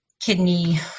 kidney